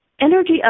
Energy